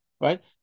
right